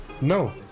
No